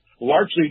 largely